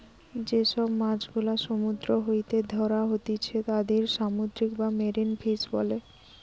যে সব মাছ গুলা সমুদ্র হইতে ধ্যরা হতিছে তাদির সামুদ্রিক বা মেরিন ফিশ বোলে